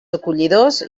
acollidors